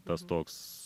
tas toks